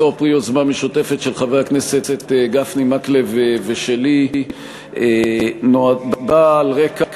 יריב לוין, משה גפני ואורי מקלב, לקריאה ראשונה.